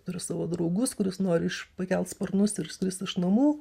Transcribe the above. turi savo draugus kuris nori iš pakelt sparnus ir skrist iš namų